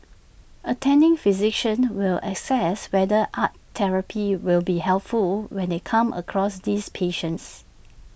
attending physicians will assess whether art therapy will be helpful when they come across these patients